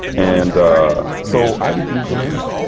and so i refused to learn it.